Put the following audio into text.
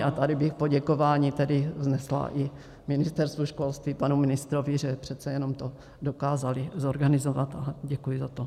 A tady bych poděkování vznesla i Ministerstvu školství, panu ministrovi, že přece jenom to dokázali zorganizovat, a děkuji za to.